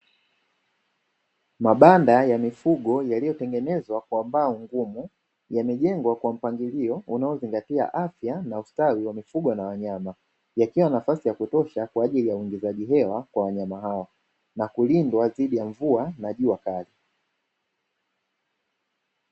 Mabanda ya mifugo yaliyotengenezwa kwa mbao ngumu yamejegwa Kwa mpangilio ya unaozingatia afya na ustawi wa mifugo na wanyama, yakiwa na nafasi ya kutosha ya uwingizaji hewa Kwa wanyama hao na kulinda dhidi ya mvua na jua Kali.